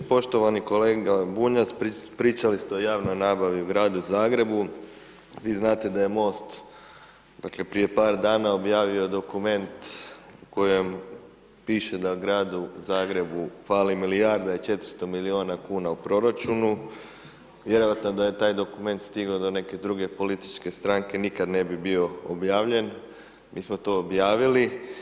Poštovani kolega Bunjac, pričali ste o javnoj nabavi u Gradu Zagrebu, vi znate da je Most dok je prije par dana objavio dokument, u kojem piše da Gradu Zagrebu fali milijarda i 400 milijuna kuna u proračunu, vjerojatno da je taj dokument stigao do neke druge političke stranke, nikada ne bi bio objavljen, mi smo to objavili.